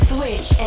Switch